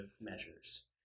measures